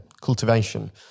cultivation